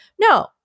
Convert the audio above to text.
No